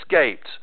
escaped